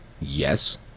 Yes